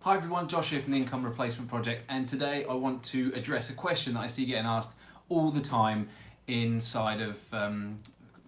hi everyone, josh here from the income replacement project. and today i want to address a question i see getting asked all the time inside of